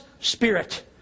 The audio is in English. Spirit